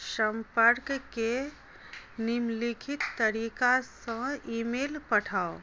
सम्पर्कके निम्नलिखित तरीकासँ ईमेल पठाउ